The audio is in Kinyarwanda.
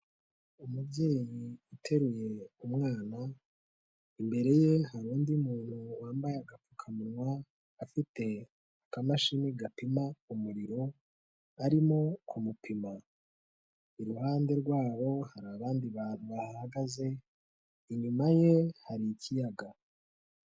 Umubyeyi uteruye umwana imbere ye hari undi muntu wambaye agapfukamunwa afite akamashini gapima umuriro arimo kumupima, iruhande rwabo hari abandi bantu bahagaze inyuma ye hari ikiyaga.